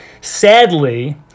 Sadly